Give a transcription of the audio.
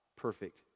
perfect